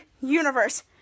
Universe